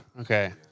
Okay